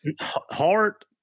heart